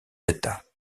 état